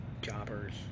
jobbers